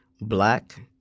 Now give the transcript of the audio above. Black